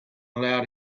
allowed